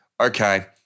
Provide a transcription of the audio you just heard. okay